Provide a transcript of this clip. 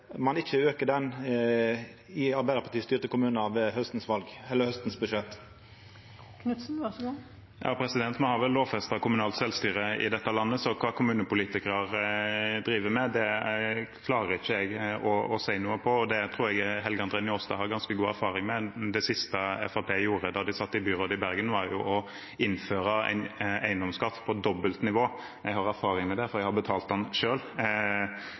i Arbeidarparti-styrte kommunar i haustens budsjett? Vi har lovfestet kommunalt selvstyre i dette landet, så hva kommunepolitikere driver med, klarer ikke jeg å si noe om. Det tror jeg representanten Helge André Njåstad har ganske god erfaring med. Det siste Fremskrittspartiet gjorde da de satt i byrådet i Bergen, var å innføre eiendomsskatt på dobbelt nivå – jeg har erfaring med det, for jeg har betalt den selv – så det burde han